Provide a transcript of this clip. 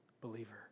believer